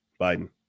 Biden